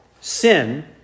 sin